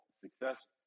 success